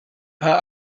paar